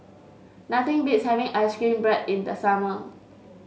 nothing beats having ice cream bread in the summer